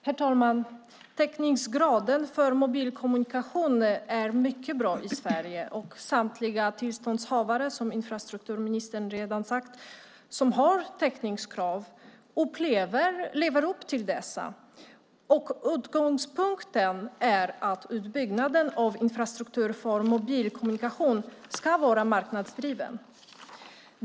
Herr talman! Täckningsgraden för mobilkommunikation är mycket bra i Sverige. Och som infrastrukturministern redan sagt lever samtliga tillståndshavare som har täckningskrav upp till dessa. Utgångspunkten är att utbyggnaden av infrastruktur för mobilkommunikation ska vara marknadsdriven.